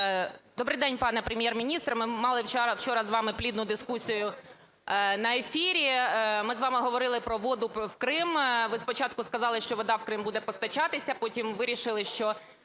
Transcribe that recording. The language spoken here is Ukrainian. Добрий день, пане Прем'єр-міністр. Ми мали вчора з вами плідну дискусію на ефірі. Ми з вами говорили про воду в Крим. Ви спочатку сказали, що вода в Крим буде постачатися, потім вирішили, що